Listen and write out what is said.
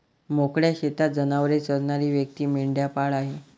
मोकळ्या शेतात जनावरे चरणारी व्यक्ती मेंढपाळ आहे